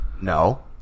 No